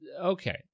okay